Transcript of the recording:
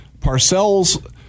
Parcells